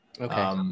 Okay